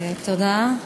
תודה.